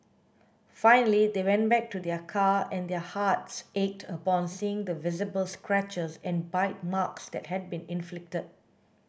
finally they went back to their car and their hearts ached upon seeing the visible scratches and bite marks that had been inflicted